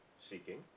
seeking